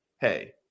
Hey